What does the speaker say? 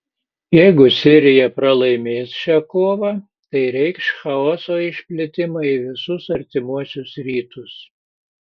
jeigu sirija pralaimės šią kovą tai reikš chaoso išplitimą į visus artimuosius rytus